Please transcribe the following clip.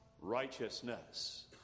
righteousness